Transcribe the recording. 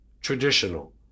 traditional